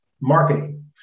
marketing